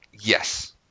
Yes